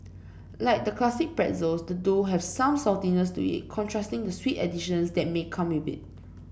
like the classic pretzels the dough has some saltiness to it contrasting the sweet additions that may come with it